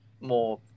more